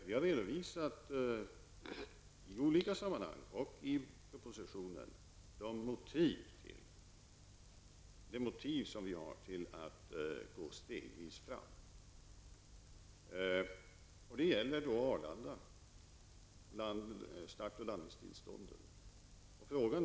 Vi har redovisat i olika sammanhang, också i propositionen, de motiv som finns för att gå stegvis fram. Det gäller start och landningstillstånden på Arlanda.